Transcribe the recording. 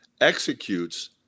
executes